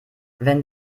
wenn